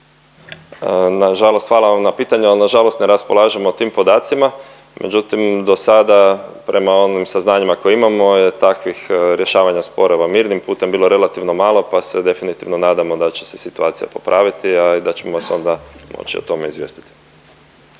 Nažalost, hvala vam na pitanju, ali nažalost ne raspolažemo tim podacima, međutim dosada prema onim saznanjima koje imamo je takvih rješavanja sporova mirnim putem bilo relativno malo, pa se definitivno nadamo da će se situacija popraviti, a i da ćemo se onda moći o tome izvijestiti.